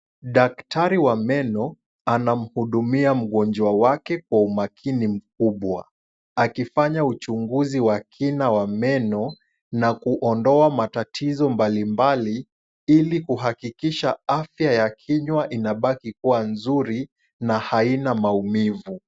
Daktari wa meno anamuhudumia mgonjwa wake kwa umakini mkubwa, akifanya uchunguzi wa kina wa meno na kuondoa matatizo mbalimbali, ili kuhakikisha afya ya kinywa inabaki kuwa nzuri na haina maumivu.